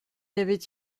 avait